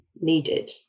needed